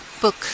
book